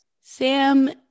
Sam